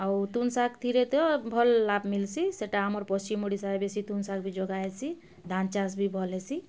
ଆଉ ତୁନ୍ ଶାଗ୍ଥିରେ ତ ଭଲ୍ ଲାଭ୍ ମିଲ୍ସି ସେଟା ଆମର୍ ପଶ୍ଚିମ ଓଡ଼ିଶାରେ ବେଶୀ ତୁନ୍ ଶାଗ୍ ବି ଯୋଗା ହେସି ଧାନ୍ ଚାଷ୍ ବି ଭଲ୍ ହେସି